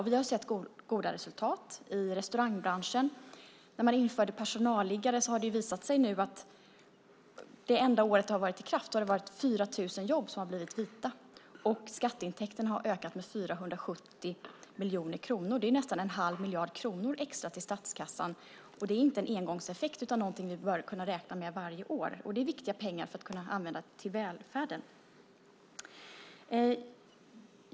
Vi har sett goda resultat i restaurangbranschen. Sedan personalliggare infördes för bara ett år sedan är det 4 000 jobb som har blivit vita och skattintäkterna har ökat med 470 miljoner kronor. Det är nästan 1⁄2 miljard kronor extra till statskassan. Det är inte en engångseffekt utan något som vi bör kunna räkna med varje år, och det är viktiga pengar att kunna använda till välfärden.